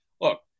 look